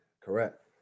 Correct